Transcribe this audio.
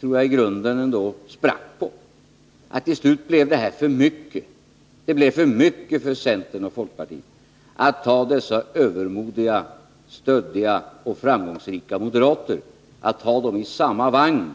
tror att det i grunden är så att det var detta regeringen sprack på. Till slut blev det för mycket för centerpartiet och folkpartiet att ha dessa övermodiga, stöddiga och framgångsrika moderater i samma vagn.